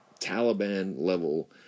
Taliban-level